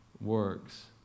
works